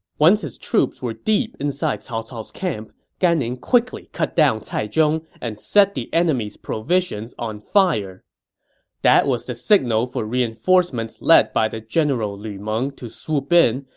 once his troops were deep into cao cao's camp, gan ning quickly cut down cai zhong and set the enemy's provisions on fire that was the signal for reinforcements led by the general lu meng to swoop in,